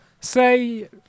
say